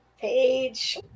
Page